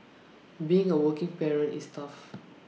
being A working parent is tough